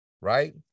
right